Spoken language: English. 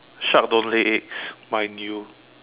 shark don't lay eggs mind you